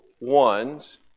ones